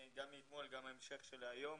מאתמול, גם ההמשך שלו היום.